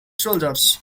shoulders